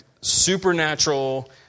supernatural